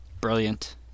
Brilliant